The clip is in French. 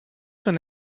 son